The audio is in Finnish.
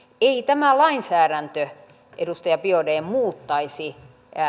ei tämä lainsäädäntö edustaja biaudet muuttaisi